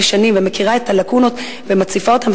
שנים ומכירה את הלקונות ומציפה אותן,